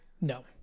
No